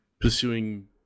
pursuing